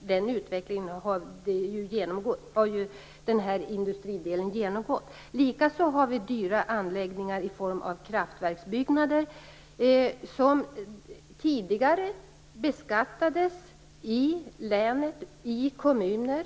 Den utvecklingen har ju den här industridelen genomgått. Likaså har vi dyra anläggningar i form av kraftverksbyggnader som tidigare beskattades i länet och i kommunerna,